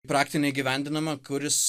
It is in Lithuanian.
praktinį įgyvendinamą kuris